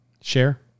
share